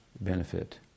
benefit